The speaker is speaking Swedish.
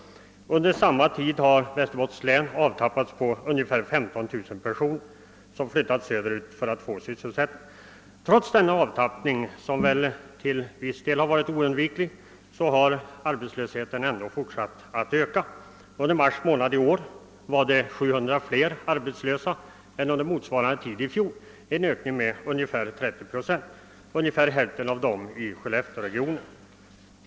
Under samma tid har Väs terbottens län avtappats på ungefär 15000 personer, som flyttat söderut för att få sysselsättning. Trots denna avtappning, som väl till viss del har varit oundviklig, har arbetslösheten fortsatt att öka. Under mars månad i år var de arbetslösa 700 fler än under motsvarande tid i fjol, en ökning med ungefär 30 procent. Omkring hälften av dem finns i skellefteåregionen.